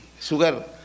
sugar